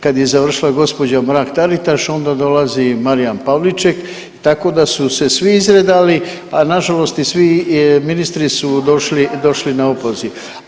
Kad je završila gđa. Mrak-Taritaš, onda dolazi Marijan Pavliček, tako da su se svi izredali, a nažalost i svi ministri su došli na opoziv.